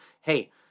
Hey